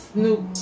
Snoop